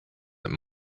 that